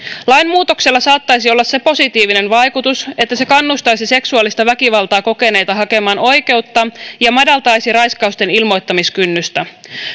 lainmuutoksella saattaisi olla se positiivinen vaikutus että se kannustaisi seksuaalista väkivaltaa kokeneita hakemaan oikeutta ja madaltaisi raiskausten ilmoittamiskynnystä